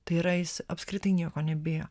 tai yra jis apskritai nieko nebijo